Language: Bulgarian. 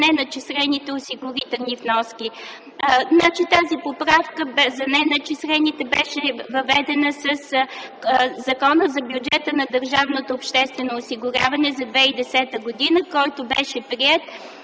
неначислените осигурителни вноски. Тази поправка беше въведена със Закона за бюджета на държавното обществено осигуряване за 2010 г., който беше приет